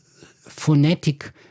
phonetic